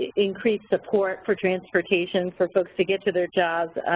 increased support for transportation for folks to get to their jobs,